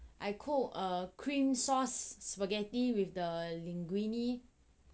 I cook err cream sauce spaghetti with the linguine 还有 chicken lor